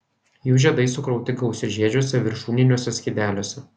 jų žiedai sukrauti gausiažiedžiuose viršūniniuose skydeliuose